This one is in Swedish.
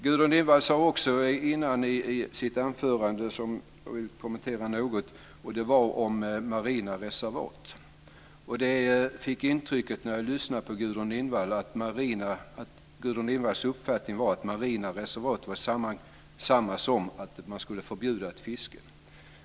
Gudrun Lindvall tog upp en annan sak i sitt anförande som jag något vill kommentera, och det var marina reservat. Jag fick intrycket när jag lyssnade på Gudrun Lindvall att hennes uppfattning var att marina reservat skulle innebära att man förbjöd fiske.